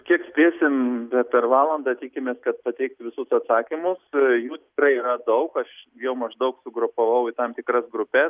kiek spėsim per valandą tikimės kad pateikt visus atsakymus jų tikrai yra daug aš jau maždaug sugrupavau į tam tikras grupes